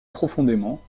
profondément